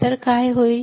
तर काय होईल